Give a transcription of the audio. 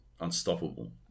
unstoppable